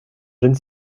jeune